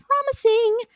promising